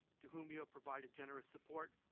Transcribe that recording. to whom you have provided generous support,